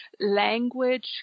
language